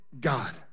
God